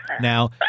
now